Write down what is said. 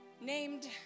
named